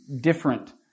different